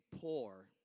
poor